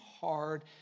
hard